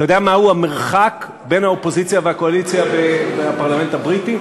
אתה יודע מה המרחק בין האופוזיציה והקואליציה בפרלמנט הבריטי?